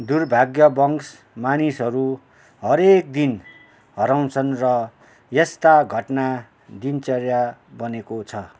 दुर्भाग्यवश मानिसहरू हरेक दिन हराउँछन् र यस्ता घटना दिनचर्या बनेको छ